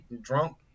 drunk